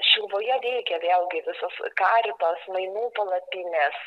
šiluvoje veikia vėlgi visos karitos mainų palapinės